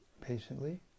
patiently